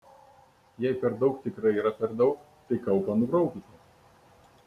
jei per daug tikrai yra per daug tai kaupą nubraukite